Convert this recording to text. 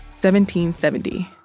1770